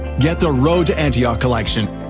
get the road to antioch collection,